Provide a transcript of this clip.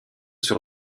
sur